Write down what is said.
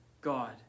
God